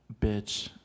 bitch